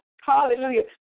hallelujah